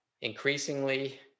increasingly